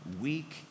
weak